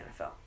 NFL